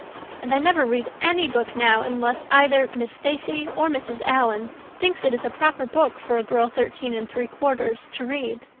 and i never read any book now unless either miss stacy or mrs. allan thinks it is a proper book for a girl thirteen and three-quarters to read.